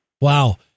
Wow